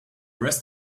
rest